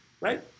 right